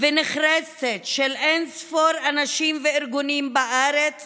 ונחרצת של אין-ספור אנשים וארגונים בארץ